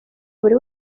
buri